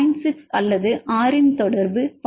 6 அல்லது r இன் தொடர்பு 0